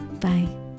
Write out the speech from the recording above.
Bye